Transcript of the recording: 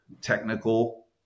technical